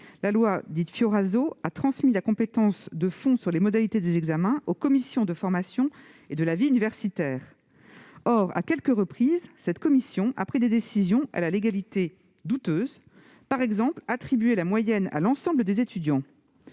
« loi Fioraso », a transmis la compétence de fond sur les modalités des examens aux commissions de la formation et de la vie universitaire. Or, à quelques reprises, ces commissions ont pris des décisions à la légalité douteuse, par exemple l'attribution de la moyenne à l'ensemble des étudiants.